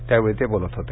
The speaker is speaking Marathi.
त्यावेळी ते बोलत होते